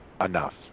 Enough